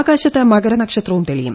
ആകാശത്ത് മകരനക്ഷത്രവും തെളിയും